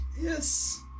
Yes